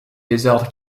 désordre